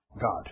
God